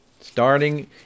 starting